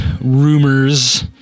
rumors